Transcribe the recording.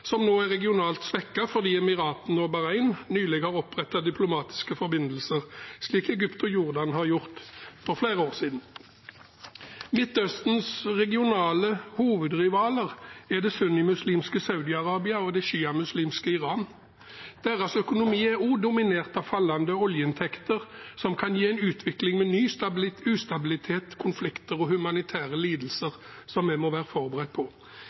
som nå er regionalt svekket fordi Emiratene og Bahrain nylig har opprettet diplomatiske forbindelser, slik Egypt og Jordan har gjort for flere år siden. Midtøstens regionale hovedrivaler er det sunnimuslimske Saudi-Arabia og det sjiamuslimske Iran. Deres økonomi er også dominert av fallende oljeinntekter, som kan gi en utvikling med ny ustabilitet, konflikter og humanitære lidelser, som vi må være forberedt på.